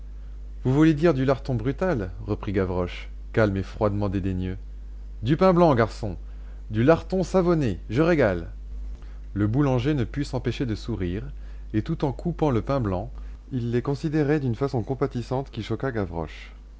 vous voulez dire du larton brutal reprit gavroche calme et froidement dédaigneux du pain blanc garçon du larton savonné je régale le boulanger ne put s'empêcher de sourire et tout en coupant le pain blanc il les considérait d'une façon compatissante qui choqua gavroche